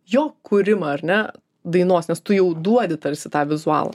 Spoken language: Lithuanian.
jo kūrimą ar ne dainos nes tu jau duodi tarsi tą vizualuą